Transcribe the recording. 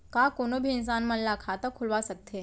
का कोनो भी इंसान मन ला खाता खुलवा सकथे?